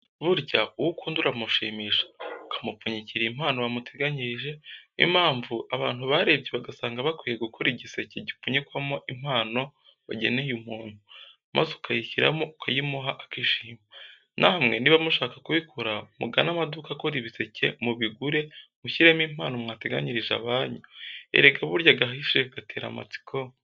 Burya uwukunda uramushimisha, ukamupfunyikira impano wamuteganyirije ni yo mpamvu abantu barebye bagasanga bakwiye gukora igiseke gipfunyikwamo impano wageneye umuntu, maze ukayishyiramo ukayimuha akishima. Namwe niba mushaka kubikora mugane amaduka akora ibiseke mubigure mushyiremo impano mwateganyirije abanyu. Erega burya agahishe gatera amatsiko.